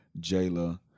Jayla